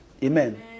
Amen